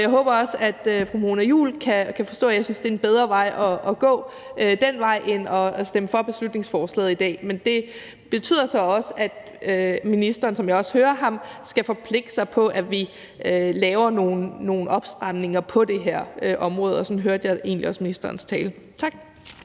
jeg håber, at fru Mona Juul kan forstå, at jeg synes, det er bedre at gå den vej end at stemme for beslutningsforslaget i dag. Men det betyder så også, at ministeren – sådan som jeg også hører ham – skal forpligte sig på, at vi laver nogle opstramninger på det her område. Sådan hørte jeg egentlig også ministerens tale. Tak.